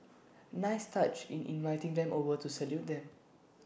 nice touch in inviting them over to salute them